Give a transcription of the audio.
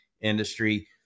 industry